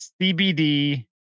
CBD